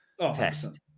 test